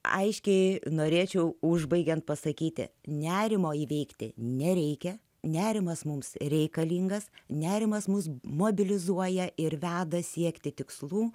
aiškiai norėčiau užbaigiant pasakyti nerimo įveikti nereikia nerimas mums reikalingas nerimas mus mobilizuoja ir veda siekti tikslų